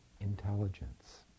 intelligence